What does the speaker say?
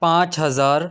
پانچ ہزار